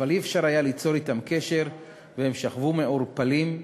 אבל לא היה אפשר ליצור אתם קשר והם שכבו מעורפלים.